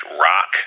rock